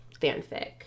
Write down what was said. fanfic